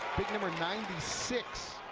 number ninety six,